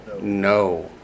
No